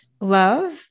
love